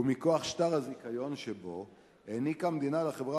ומכוח שטר הזיכיון שבו העניקה המדינה לחברה